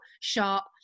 sharp